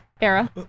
era